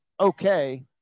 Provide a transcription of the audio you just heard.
okay